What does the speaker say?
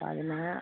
അതിന്